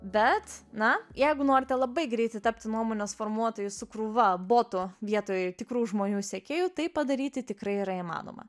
bet na jeigu norite labai greitai tapti nuomonės formuotoju su krūva botų vietoje tikrų žmonių sekėjų tai padaryti tikrai yra įmanoma